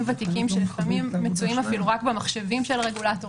ותיקים שלפעמים אפילו מצויים רק במחשבים של רגולטור